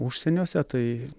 užsieniuose tai